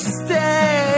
stay